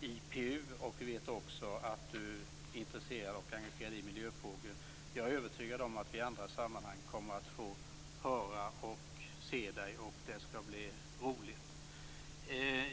IPU. Vi vet också att du är intresserad av och engagerad i miljöfrågor. Jag övertygad om att vi i andra sammanhang kommer att få höra och se dig, och det skall bli roligt.